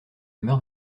meurs